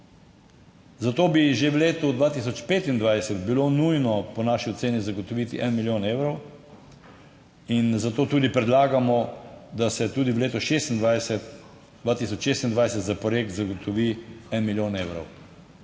Zato bi že v letu 2025 bilo nujno po naši oceni zagotoviti en milijon evrov in zato tudi predlagamo, da se tudi v letu 26, 2026 za projekt zagotovi en milijon evrov.